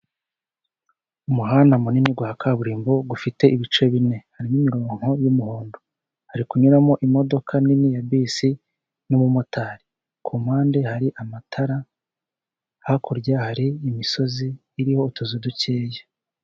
Umuhanda munini wa kaburimbo ufite ibice bine. Harimo umurongo w'umuhondo. Hari kunyuramo imodoka nini ya bisi n'umumotari. Ku mpande hari amatara, hakurya hari imisozi irimo utuzu dukeya.